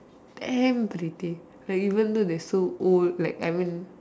damn pretty like even though they are so old like I mean